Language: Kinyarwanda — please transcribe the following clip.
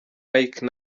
mike